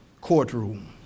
courtroom